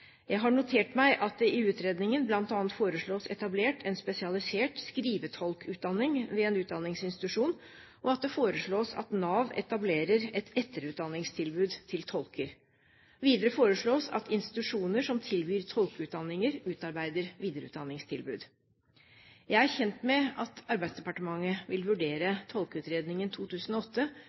Jeg har notert meg at det i utredningen bl.a. foreslås etablert en spesialisert skrivetolkutdanning ved en utdanningsinstitusjon, og at det foreslås at Nav etablerer et etterutdanningstilbud til tolker. Videre foreslås det at institusjoner som tilbyr tolkeutdanninger, utarbeider videreutdanningstilbud. Jeg er kjent med at Arbeidsdepartementet vil vurdere Tolkeutredningen 2008